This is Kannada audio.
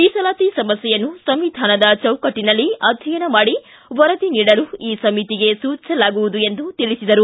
ಮೀಸಲಾತಿ ಸಮಸ್ಯೆಯನ್ನು ಸಂವಿಧಾನದ ಚೌಕಟ್ಟನಲ್ಲಿ ಅಧ್ಯಯನ ಮಾಡಿ ವರದಿ ನೀಡಲು ಈ ಸಮಿತಿಗೆ ಸೂಚಿಸಲಾಗುವುದು ಎಂದು ತಿಳಿಸಿದರು